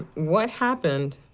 what happened,